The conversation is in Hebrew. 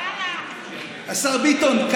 השר ביטון,